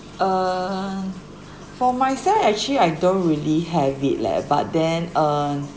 err for myself actually I don't really have it leh but then uh